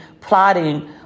plotting